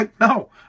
No